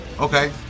Okay